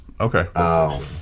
okay